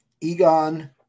Egon